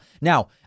Now